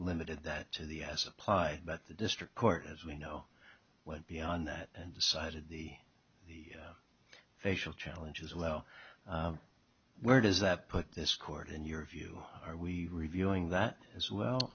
limited that to the as applied but the district court as we know went beyond that and decided the facial challenge as well where does that put this court in your view are we reviewing that as well